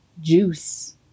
juice